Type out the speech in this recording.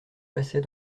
passait